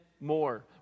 more